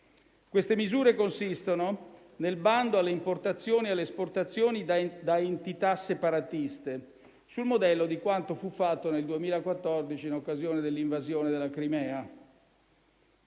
Queste misure consistono nel bando alle importazioni e alle esportazioni da entità separatiste, sul modello di quanto fu fatto nel 2014 in occasione dell'invasione e